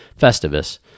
festivus